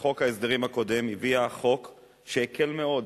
ובחוק ההסדרים הקודם הביאה חוק שהקל מאוד,